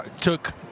took